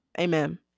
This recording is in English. Amen